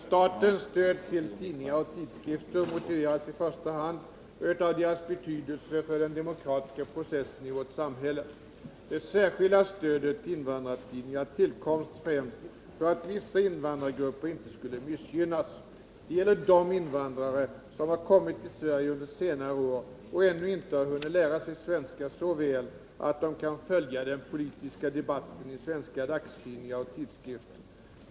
Statens stöd till tidningar och tidskrifter motiveras i första hand av deras betydelse för den demokratiska processen i vårt samhälle. Det särskilda stödet till invandrartidningar tillkom främst för att vissa invandrargrupper inte skulle missgynnas. Det gäller de invandrare som har kommit till Sverige under senare år och ännu inte har hunnit lära sig svenska så väl att de kan följa den politiska debatten i svenska dagstidningar och tidskrifter.